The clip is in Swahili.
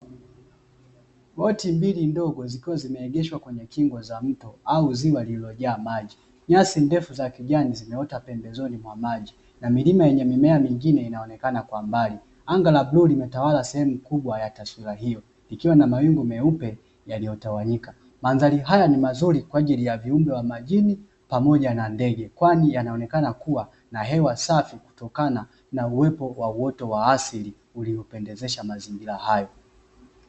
Boti mbili ndogo zikiwa zimeegeshwa kwenye Kingo za mto au ziwa lililo jaa maji nyasi ndefu zakijani, zimeota pembezoni mwa maji na milima yenye mimea mengine inaonekana kwa mbali anga la blue limetawala sehemu kubwa ya taswila hiyo ikiwa na mawingu meupe yametawanyika, madhali haya nimazuri kwaajili ya viumbe wamajini pamoja na ndege kwani yaonekana kuwa nahewa safi kutokana na uwepo wa uoto wa asili uliopendezesha mazingira hayo.